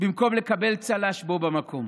במקום לקבל צל"ש בו במקום.